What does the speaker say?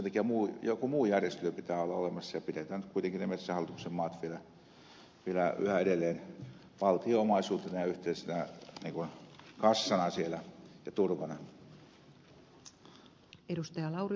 sen takia joku muu järjestely pitää olla olemassa ja pidetään nyt kuitenkin ne metsähallituksen maat vielä yhä edelleen valtion omaisuutena ja siellä yhteisenä kassana ja turvana